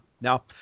Now